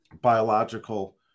biological